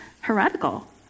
heretical